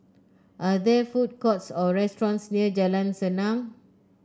are there food courts or restaurants near Jalan Senang